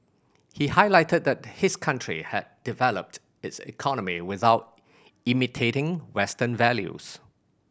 he highlighted that his country had developed its economy without imitating Western values